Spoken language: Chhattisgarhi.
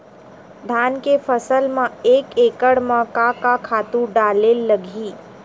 धान के फसल म एक एकड़ म का का खातु डारेल लगही?